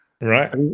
right